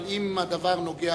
אבל אם הדבר נוגע